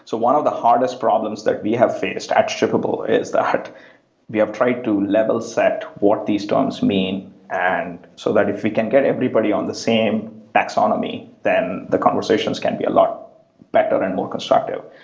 so one of the hardest problems what we have faced at shippable is that we have tried to level set what these terms mean and so that if we can get everybody on the same taxonomy, then the conversations can be a lot better and more constructive.